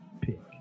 pick